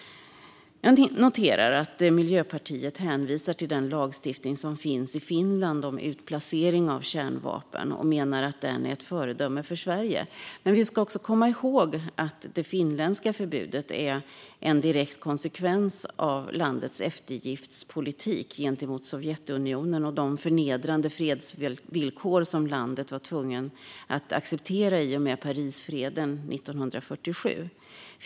Jag noterar att Miljöpartiet hänvisar till den lagstiftning som finns i Finland om utplacering av kärnvapen och menar att den är ett föredöme för Sverige. Men vi ska komma ihåg att det finländska förbudet är en direkt konsekvens av landets eftergiftspolitik gentemot Sovjetunionen och de förnedrande fredsvillkor som landet var tvunget att acceptera i och med Parisfreden 1947.